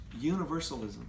universalism